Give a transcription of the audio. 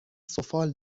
سفال